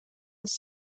his